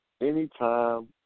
Anytime